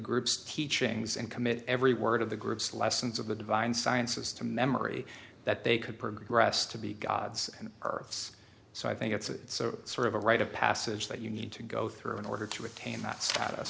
group's teachings and commit every word of the group's lessons of the divine sciences to memory that they could progress to be god's earth's so i think it's sort of a rite of passage that you need to go through in order to retain that status